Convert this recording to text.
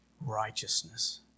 righteousness